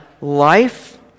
life